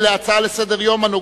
הצעות לסדר-היום מס'